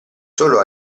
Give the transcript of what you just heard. solo